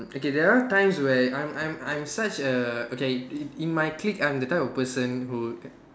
okay there are times where I'm I'm I'm such a okay in in my clique I'm the type of person who